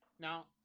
Now